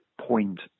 point